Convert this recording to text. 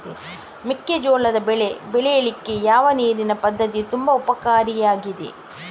ಮೆಕ್ಕೆಜೋಳದ ಬೆಳೆ ಬೆಳೀಲಿಕ್ಕೆ ಯಾವ ನೀರಿನ ಪದ್ಧತಿ ತುಂಬಾ ಉಪಕಾರಿ ಆಗಿದೆ?